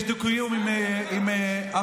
יש דו-קיום עם ערבים,